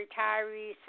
retirees